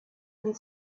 and